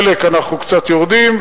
בחלק אנחנו קצת יורדים,